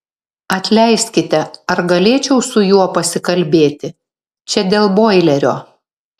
atleiskite ar galėčiau su juo pasikalbėti čia dėl boilerio